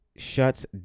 Shuts